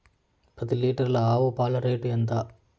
పది లీటర్ల ఆవు పాల రేటు ఎంత?